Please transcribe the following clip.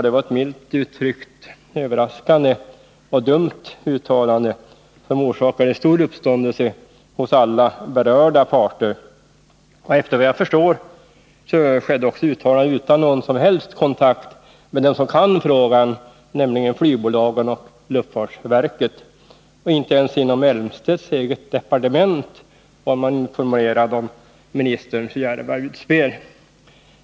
Det var ett, milt uttryckt, överraskande och dumt uttalande, som orsakade stor uppståndelse hos alla berörda parter. Efter vad jag förstår gjordes också uttalandet utan någon som helst kontakt med dem som kan frågan, nämligen flygbolagen och luftfartsverket. Inte ens inom Claes Elmstedts eget departement var man informerad om ministerns djärva utspel.